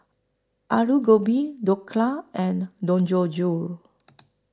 Alu Gobi Dhokla and Dangojiru